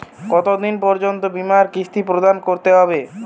কতো দিন পর্যন্ত বিমার কিস্তি প্রদান করতে হবে?